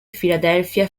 philadelphia